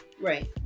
Right